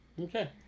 okay